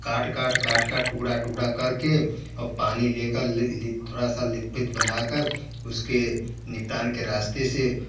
काट काट काट काट टुकड़ा टुकड़ा कर के और पानी लेकर थोड़ा सा लितपित बना कर उसके निपटान के रास्ते से